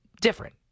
different